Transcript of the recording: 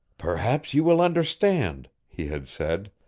perhaps you will understand, he had said,